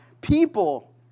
people